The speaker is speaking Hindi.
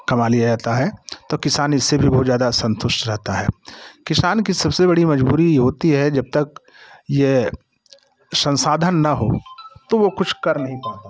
कमा लिया जाता है तो किसान इससे भी बहुत ज़्यादा संतुष्ट रहता है किसान की सबसे बड़ी मजबूरी ये होती है जब तक ये संसाधन ना हो तो वो कुछ कर नहीं पाता